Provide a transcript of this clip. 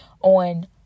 on